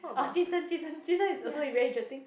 !wah! jun sheng jun sheng jun sheng is also very interesting